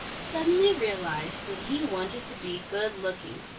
suddenly realized that he wanted to be good-looking.